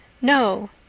No